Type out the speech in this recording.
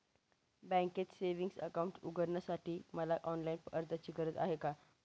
बँकेत savings account उघडण्यासाठी मला ऑनलाईन अर्जाची गरज आहे का?